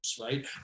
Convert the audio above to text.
right